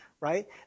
right